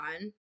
on